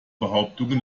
behauptungen